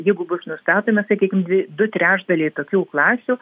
jeigu bus nustatomi sakykim dvi du trečdaliai tokių klasių